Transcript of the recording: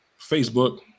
facebook